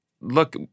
look